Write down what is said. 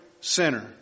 sinner